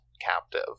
captive